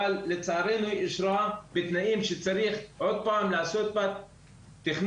אבל לצערנו היא אושרה בתנאים שצריך עוד פעם לעשות בה תכנון,